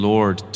Lord